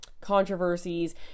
controversies